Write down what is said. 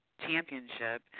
Championship